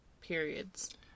periods